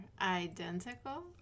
identical